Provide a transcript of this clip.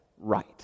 right